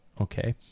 okay